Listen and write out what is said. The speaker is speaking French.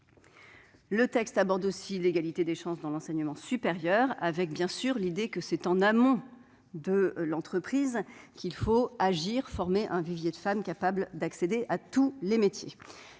Le texte aborde aussi l'égalité des chances dans l'enseignement supérieur, en se fondant sur l'idée que c'est en amont de l'entreprise qu'il faut former un vivier de femmes susceptibles d'accéder à tous les métiers.